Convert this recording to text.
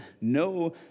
No